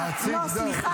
לא, סליחה.